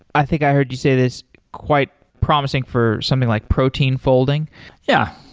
i think i heard you say this quite promising for something like protein folding yeah.